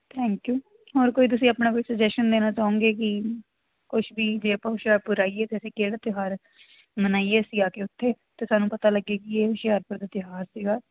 thank you ਹੋਰ ਕੋਈ ਤੁਸੀਂ ਆਪਣਾ ਕੋਈ ਸਜੈਸ਼ਨ ਦੇਣਾ ਚਾਹੋਗੇ ਕਿ ਕੁਛ ਵੀ ਜੇ ਆਪਾਂ ਹੁਸ਼ਿਆਰਪੁਰ ਆਈਏ ਤਾਂ ਅਸੀਂ ਕਿਹੜਾ ਤਿਉਹਾਰ ਮਨਾਈਏ ਅਸੀਂ ਆ ਕੇ ਉੱਥੇ ਅਤੇ ਸਾਨੂੰ ਪਤਾ ਲੱਗੇ ਕਿ ਇਹ ਹੁਸ਼ਿਆਰਪੁਰ ਦਾ ਤਿਉਹਾਰ ਸੀਗਾ